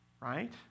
right